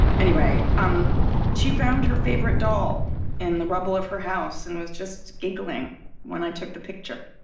anyway, um she found her favorite doll in the rubble of her house and was just giggling when i took the picture